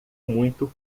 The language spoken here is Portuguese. muito